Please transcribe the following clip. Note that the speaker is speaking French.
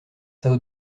são